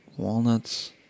Walnuts